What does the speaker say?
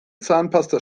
zahnpasta